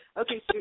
okay